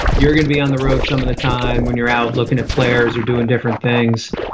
you're going to be on the road some of the time when you're out looking at players or doing different things.